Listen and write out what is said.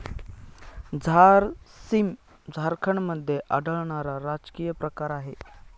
झारसीम झारखंडमध्ये आढळणारा राजकीय प्रकार आहे